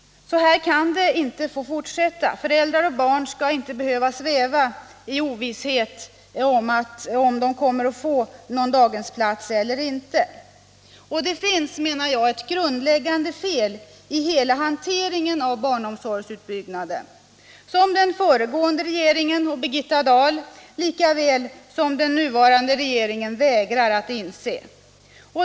Så här kan det bara inte få fortsätta! Föräldrar och barn skall inte behöva sväva i ovisshet om huruvida de kommer att få daghemsplats eller inte. Det finns, menar jag, ett grundläggande fel i hela hanteringen av barnomsorgsutbyggnaden som den föregående regeringen och Birgitta Dahl lika väl som den nuvarande regeringen vägrar att inse.